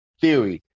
theory